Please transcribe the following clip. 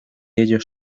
ellos